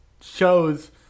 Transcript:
shows